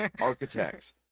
architects